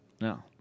No